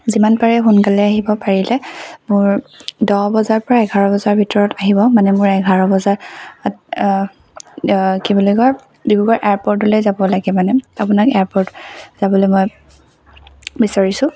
যিমান পাৰে সোনকালে আহিব পাৰিলে মোৰ দহ বজাৰ পৰা এঘাৰ বজাৰ ভিতৰত আহিব মানে মোৰ এঘাৰ বজাত কি বুলি কয় ডিব্ৰুগড় এয়াৰপোৰ্টলৈ যাব লাগে মানে আপোনাক এয়াৰপোৰ্ট যাবলৈ মই বিচাৰিছোঁ